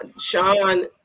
Sean